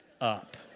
up